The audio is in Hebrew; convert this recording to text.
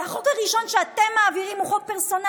והחוק הראשון שאתם מעבירים הוא חוק פרסונלי?